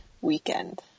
weekend